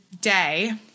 day